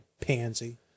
Pansy